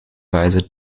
weise